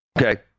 Okay